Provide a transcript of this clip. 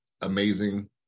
amazing